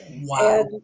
Wow